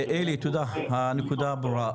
אוקיי, אלי, תודה הנקודה ברורה.